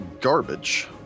garbage